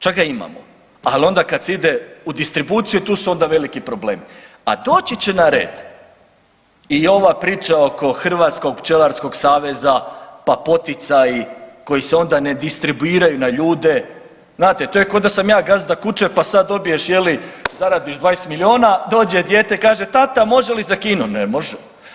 Čak ga imamo, ali onda kad se ide u distribuciju, tu su onda veliki problemi, a doći će na red i ova priča oko Hrvatskog pčelarskog saveza, pa poticaji koji se onda ne distribuiraju na ljude, znate, to je k'o da sam ja gazda kuće pa sad dobiješ, je li, zaradiš 20 milijuna, dođe dijete kaže, tata, može li za kino, ne može.